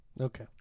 Okay